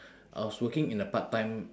I was working in a part-time